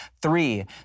Three